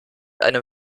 einem